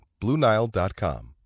BlueNile.com